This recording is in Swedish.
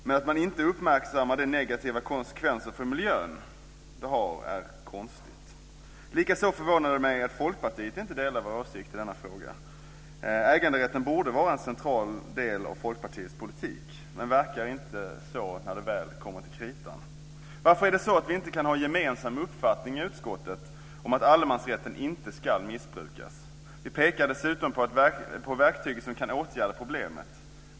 Men att man inte uppmärksammar de negativa konsekvenser detta har för miljön är konstigt. Likaså förvånar det mig att Folkpartiet inte delar vår åsikt i denna fråga. Äganderätten borde vara en central del i Folkpartiets politik, men det vekar inte så när det väl kommer till kritan. Varför är det så att vi inte kan ha en gemensam uppfattning i utskottet om att allemansrätten inte ska missbrukas? Vi pekar dessutom på verktyget som kan åtgärda problemet.